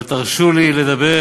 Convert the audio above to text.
אבל תרשו לי לדבר